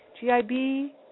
G-I-B